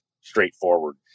straightforward